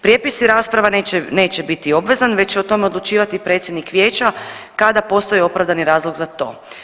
Prijepis rasprava neće, neće biti obvezan već će o tome odlučivati predsjednik vijeća kada postoji opravdani razlog za to.